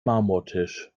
marmortisch